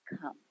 come